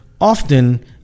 often